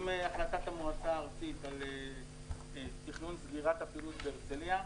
עם החלטת המועצה הארצית על תכנון סגירת הפעילות בהרצליה,